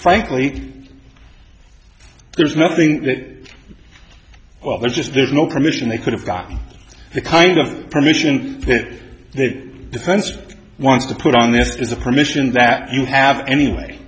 frankly there's nothing that well there's just there's no permission they could have gotten the kind of permission that the defense wants to put on this is a permission that you have anyway